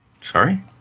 Sorry